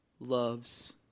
loves